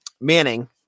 Manning